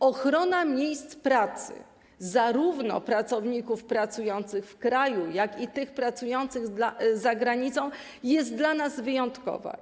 Ochrona miejsc pracy zarówno pracowników pracujących w kraju, jak i tych pracujących za granicą jest dla nas wyjątkowa.